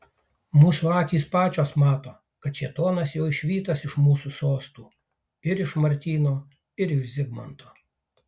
mūsų akys pačios mato kad šėtonas jau išvytas iš mūsų sostų ir iš martyno ir iš zigmanto